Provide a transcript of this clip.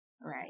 right